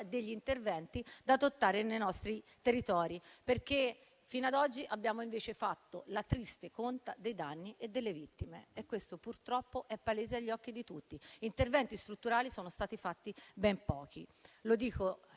degli interventi da adottare nei nostri territori, perché fino ad oggi abbiamo invece fatto la triste conta dei danni e delle vittime, e questo purtroppo è palese agli occhi di tutti. Di interventi strutturali ne sono stati fatti ben pochi,